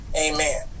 amen